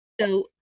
So-